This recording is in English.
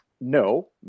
No